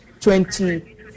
twenty